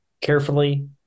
Carefully